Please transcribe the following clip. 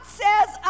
says